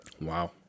Wow